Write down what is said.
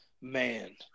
Man